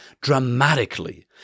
dramatically